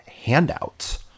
handouts